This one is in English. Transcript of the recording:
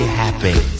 happy